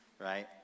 right